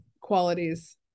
qualities